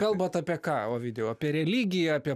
kalbat apie ką ovidijau apie religiją apie